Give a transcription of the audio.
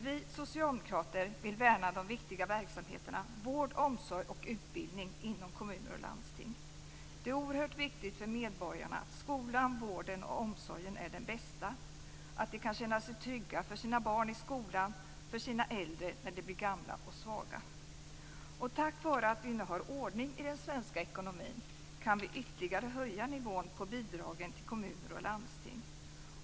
Vi socialdemokrater vill värna de viktiga verksamheterna vård, omsorg och utbildning inom kommuner och landsting. Det är oerhört viktigt för medborgarna att skolan, vården och omsorgen är den bästa, att de kan känna sig trygga vad gäller barnen i skolan och vad gäller de äldre när de blir gamla och svaga. Tack vare att vi nu har ordning i den svenska ekonomin kan vi ytterligare höja nivån på bidragen till kommuner och landsting.